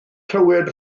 clywed